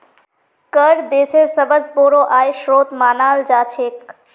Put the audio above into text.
कर देशेर सबस बोरो आय स्रोत मानाल जा छेक